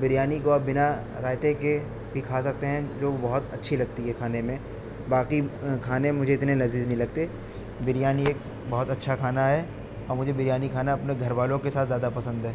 بریانی کو آپ بنا رائتے کے بھی کھا سکتے ہیں جو بہت اچھی لگتی ہے کھانے میں باقی کھانے مجھے اتنے لذید نہیں لگتے بریانی ایک بہت اچھا کھانا ہے اور مجھے بریانی کھانا اپنے گھر والوں کے ساتھ زیادہ پسند ہے